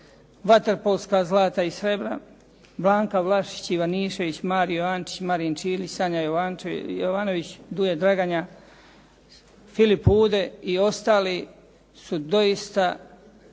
vaterpolska zlata i srebra, Blanka Vlašić, Ivanišević, Mario Ančić, Marin Čilić, Sanja Jovanović, Duje Draganja, Filip Ude i ostali su doista